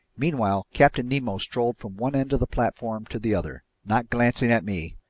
meanwhile captain nemo strolled from one end of the platform to the other, not glancing at me,